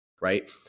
right